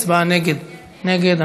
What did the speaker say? הצבעה נגד, נגד.